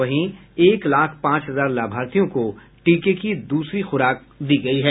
वहीं एक लाख पांच हजार लाभार्थियों को टीके की द्सरी खुराक दी गयी है